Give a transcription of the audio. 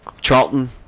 Charlton